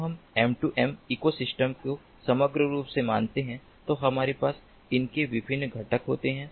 जब हम M2M ecosystem को समग्र रूप से मानते हैं तो हमारे पास इसके विभिन्न घटक होते हैं